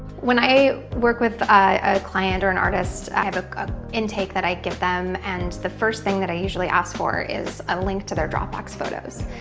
when i work with a client or an artist, i have a intake that i give them and the first thing that i usually ask for is a link to their dropbox photos.